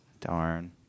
Darn